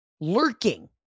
lurking